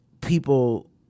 people